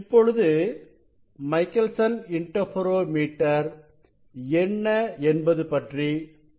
இப்பொழுது Michelson interferometer என்ன என்பது பற்றி பார்க்கலாம்